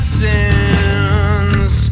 sins